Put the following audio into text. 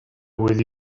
with